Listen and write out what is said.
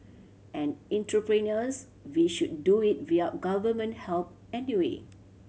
an entrepreneurs we should do it without Government help anyway